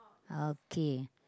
okay